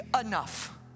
enough